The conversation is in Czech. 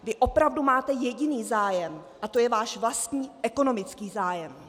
Vy opravdu máte jediný zájem, a to je váš vlastní ekonomický zájem!